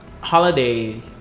holiday